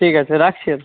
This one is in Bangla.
ঠিক আছে রাখছি